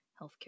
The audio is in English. healthcare